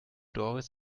doris